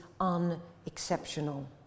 unexceptional